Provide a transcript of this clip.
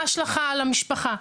ההשלכה על המשפחה,